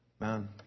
Man